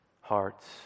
hearts